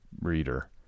reader